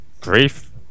grief